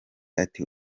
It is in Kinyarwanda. ati